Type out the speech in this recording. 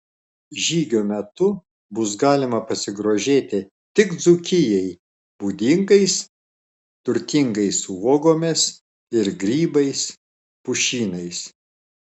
žygio metu bus galima pasigrožėti tik dzūkijai būdingais turtingais uogomis ir grybais pušynais